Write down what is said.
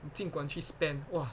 尽管去 spend 哇